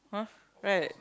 !huh! right